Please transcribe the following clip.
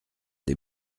des